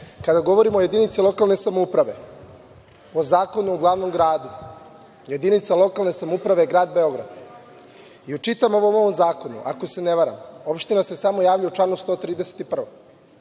itd.“Kada govorimo o jedinici lokalne samouprave, po Zakonu o glavnom gradu jedinica lokalne samouprave je grad Beograd i u čitavom ovog zakonu, ako se ne varam, opština se samo javlja u članu 131.Ovde